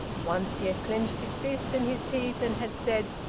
once he had clenched his fist and his teeth, and had said,